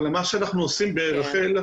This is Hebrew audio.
אבל מה שאנחנו עושים ברח"ל,